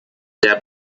der